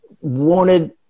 wanted